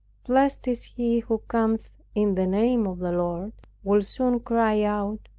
blessed is he who cometh in the name of the lord will soon cry out,